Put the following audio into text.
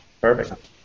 Perfect